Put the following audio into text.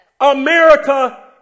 America